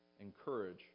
encourage